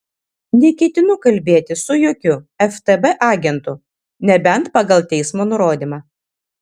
neketinu kalbėtis su jokiu ftb agentu nebent pagal teismo nurodymą